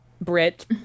Brit